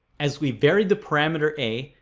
as we varied the parameter a,